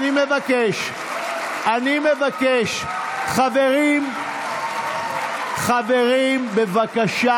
אני מבקש, אני מבקש, חברים, חברים, בבקשה.